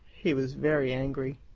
he was very angry.